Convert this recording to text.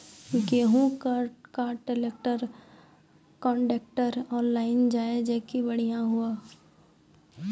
गेहूँ का trailer contractor online जाए जैकी बढ़िया हुआ